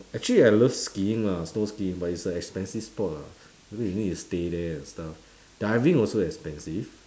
actually I love skiing lah snow skiing but it's a expensive sport lah maybe you need to stay there and stuff diving also expensive